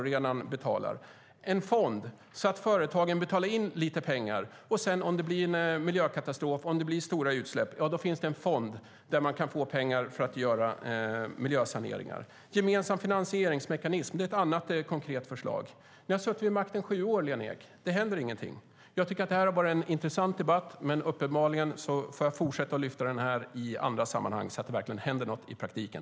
Det kan finnas en fond för företag att betala in pengar till så att det vid en miljökatastrof, vid stora utsläpp, finns pengar för miljösaneringar. En gemensam finansieringsmekanism är ett annat konkret förslag. Ni har suttit vid makten i sju år, Lena Ek. Det händer ingenting. Det här har varit en intressant debatt, men uppenbarligen får jag fortsätta att lyfta upp frågan i andra sammanhang så att det verkligen händer något i praktiken.